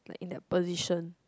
like in that position